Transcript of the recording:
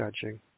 judging